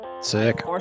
Sick